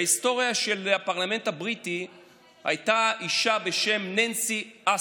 בהיסטוריה של הפרלמנט הבריטי הייתה אישה בשם ננסי אסטור.